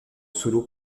solo